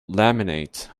laminate